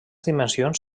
dimensions